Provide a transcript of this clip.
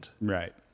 Right